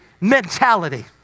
mentality